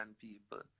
people